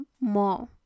more